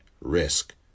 risk